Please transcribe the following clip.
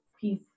peace